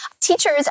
Teachers